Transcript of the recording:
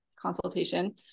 Consultation